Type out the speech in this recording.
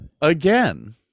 again